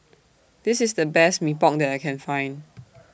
This IS The Best Mee Pok that I Can Find